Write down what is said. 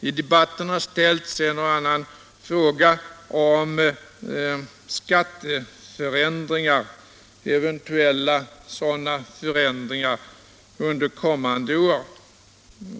I debatten har ställts en och annan fråga om skatteförändringar — eventuella sådana förändringar under kommande år.